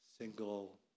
single